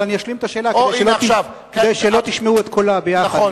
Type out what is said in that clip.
אבל אני אשלים את השאלה כדי שלא תשמעו את כולה יחד.